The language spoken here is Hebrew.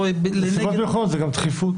נסיבות מיוחדות יכולות להיות גם דחיפות.